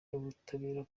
n’ubutabera